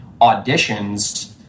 auditions